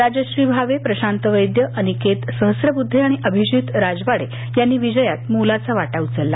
राजश्री भावे प्रशांत वैद्य अनिकेत सहस्त्रबुद्धे आणि अभिजित राजवाडे यांनी विजयात मोलाचा वाटा उचलला